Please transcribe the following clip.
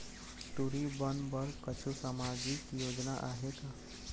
टूरी बन बर कछु सामाजिक योजना आहे का?